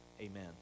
Amen